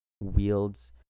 wields